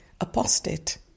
apostate